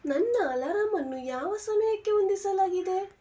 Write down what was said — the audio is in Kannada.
ನನ್ನ ಅಲರಾಮನ್ನು ಯಾವ ಸಮಯಕ್ಕೆ ಹೊಂದಿಸಲಾಗಿದೆ